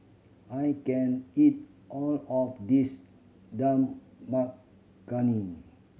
I can't eat all of this Dal Makhani